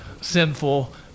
sinful